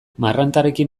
marrantarekin